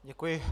Děkuji.